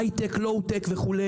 הייטק לואו-טק וכו',